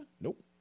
Nope